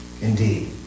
Indeed